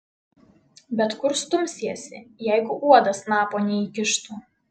bet kur stumsiesi jeigu uodas snapo neįkištų